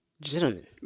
Gentlemen